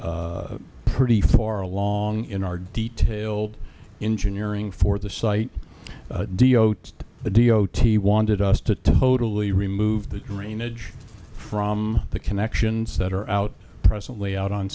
e pretty far along in our detailed engine nearing for the site the d o t wanted us to totally remove the drainage from the connections that are out presently out on